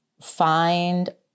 find